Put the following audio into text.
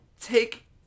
take